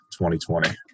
2020